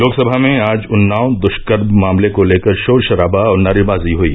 लोकसभा में आज उन्नाव दुष्कर्म मामले को लेकर शोरशराबा और नारेबाजी हुई